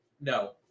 No